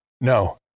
no